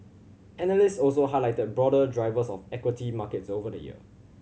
analyst also highlighted broader drivers of equity markets over the year